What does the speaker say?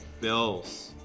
Bills